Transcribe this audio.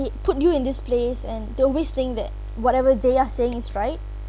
~ey put you in this place and they always think that whatever they are saying is right